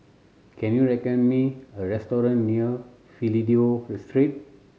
can you recommend me a restaurant near Fidelio Street